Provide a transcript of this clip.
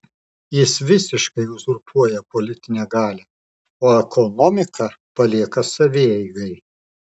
jis visiškai uzurpuoja politinę galią o ekonomiką palieka savieigai